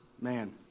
Man